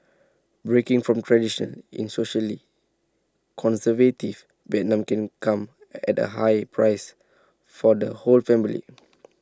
breaking from tradition in socially conservative Vietnam come at A high price for the whole family